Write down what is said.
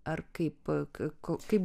ar kaip ka kaip